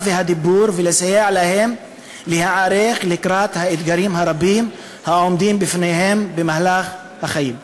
והדיבור ולסייע להם להיערך לקראת האתגרים הרבים העומדים בפניהם במהלך החיים.